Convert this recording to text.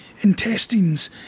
intestines